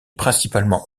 principalement